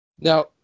now